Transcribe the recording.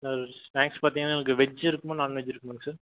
snacks பார்த்திங்கனா எங்களுக்கு veg இருக்குமா நான்வெஜ் இருக்குமாங்க சார்